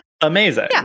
Amazing